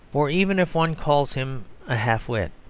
for even if one calls him a half-wit,